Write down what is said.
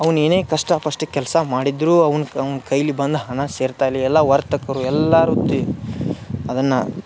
ಅವ್ನು ಏನೇ ಕಷ್ಟಪಷ್ಟ್ ಕೆಲಸ ಮಾಡಿದ್ದರೂ ಅವ್ನು ಅವ್ನ ಕೈಲಿ ಬಂದು ಹಣ ಸೇರ್ತಾ ಇಲ್ಲ ಎಲ್ಲಾ ವರ್ತಕರು ಎಲ್ಲಾರು ತಿ ಅದನ್ನ